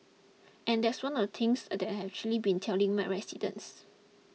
and that's one of the things that I've actually been telling my residents